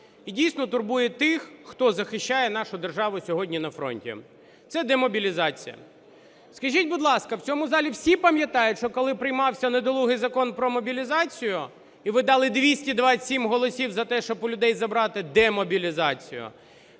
і дійсно турбує тих, хто захищає нашу державу сьогодні на фронті. Це демобілізація. Скажіть, будь ласка, в цьому залі всі пам'ятають, що коли приймався недолугий Закон про мобілізацію і ви дали 227 голосів за те, щоб у людей забрати демобілізацію,